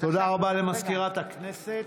תודה רבה למזכירת הכנסת.